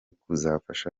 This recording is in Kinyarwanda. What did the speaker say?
kuzafasha